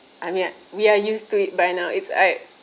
I mean I we are used to it by now it's I